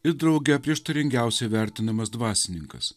ir drauge prieštaringiausiai vertinamas dvasininkas